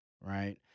right